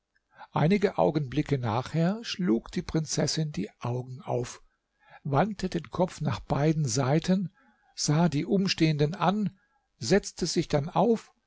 einige augenblicke nachher schlug die prinzessin die augen auf wandte den kopf nach beiden seiten sah die umstehenden an setzte sich dann auf